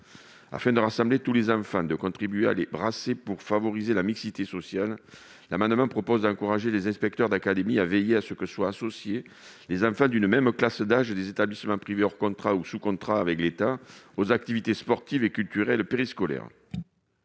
Afin de rassembler tous les enfants et pour contribuer à les brasser de manière à favoriser la mixité sociale, nous proposons, par cet amendement, d'encourager les inspecteurs d'académie à veiller à ce que soient associés les enfants d'une même classe d'âge des établissements privés hors contrat ou sous contrat avec l'État aux activités sportives et culturelles périscolaires.